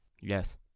Yes